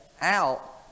out